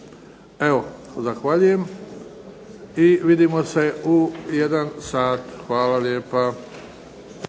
Evo, zahvaljujem i vidimo se u 13 sati. Hvala lijepa.